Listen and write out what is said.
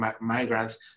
migrants